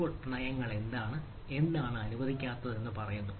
ഇപ്പോൾ നയങ്ങൾ എന്താണ് എന്താണ് അനുവദിക്കാത്തത് എന്ന് പറയുന്നു